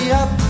up